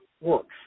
works